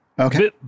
Okay